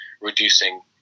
reducing